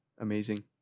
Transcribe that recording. Amazing